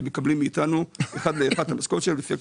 הם מקבלים מאיתנו אחד לאחד את המשכורת שלהם לפי הכישורים.